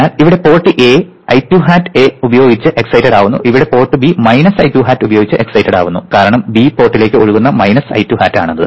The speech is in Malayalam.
അതിനാൽ ഇവിടെ പോർട്ട് A I2 hat ഉപയോഗിച്ച് എക്സൈറ്റ്ട് ആവുന്നു ഇവിടെ port B minus I2 hat ഉപയോഗിച്ച് എക്സൈറ്റ്ട് ആവുന്നു കാരണം ബി പോർട്ടിലേക്ക് ഒഴുകുന്നത് മൈനസ് I2 hat ആണ്